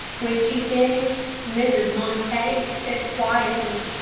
when she finished, mrs. montague said, quietly,